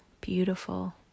beautiful